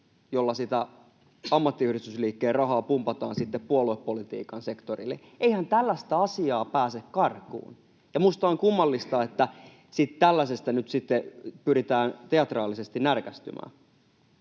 jolla sitä ammattiyhdistysliikkeen rahaa pumpataan puoluepolitiikan sektorille. Eihän tällaista asiaa pääse karkuun. Ja minusta on kummallista, että tällaisesta nyt sitten pyritään teatraalisesti närkästymään.